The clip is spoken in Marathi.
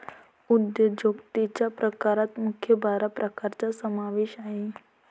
उद्योजकतेच्या प्रकारात मुख्य बारा प्रकारांचा समावेश आहे